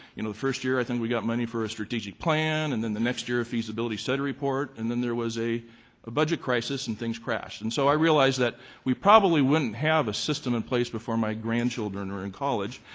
you know, the first year, i think we got money for a strategic plan and then the next year a feasibility study report, and then there was a a budget crisis and things crashed. and so i realized that we probably wouldn't have a system in place before my grandchildren are in college,